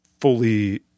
fully –